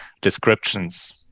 descriptions